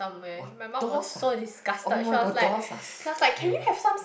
!wah! dolls ah oh-my-god dolls are scary